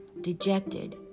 dejected